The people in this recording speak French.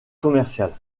commerciale